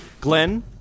Glenn